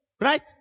right